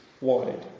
wide